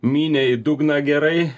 mynė į dugną gerai